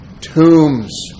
tombs